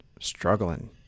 struggling